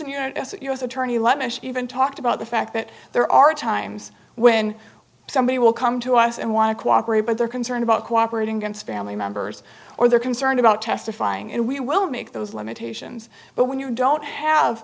machine even talked about the fact that there are times when somebody will come to us and want to cooperate but they're concerned about cooperating against family members or they're concerned about testifying and we will make those limitations but when you don't have